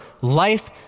life